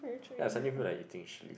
ya suddenly feel like eating chilli